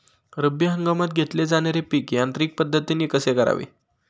रब्बी हंगामात घेतले जाणारे पीक यांत्रिक पद्धतीने कसे करावे?